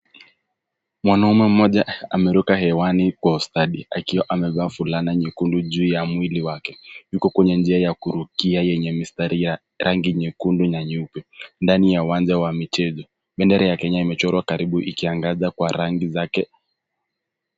Mwanaume mmoja ameruka hewani kwa ustadi akiwa amevaa fulana nyekundu juu ya mwili wake. Huku kwenye njia ya kurukia yenye mistari ya nyekundu na nyeupe. Ndani ya uwanja wa michezo, bendera ya Kenya imechorwa karibu ikiangaza kwa rangi zake